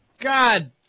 God